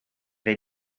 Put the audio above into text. weet